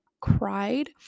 cried